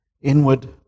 inward